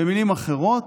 במילים אחרות,